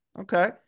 Okay